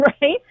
right